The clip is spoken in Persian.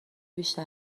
بیشتر